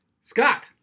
Scott